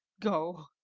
go,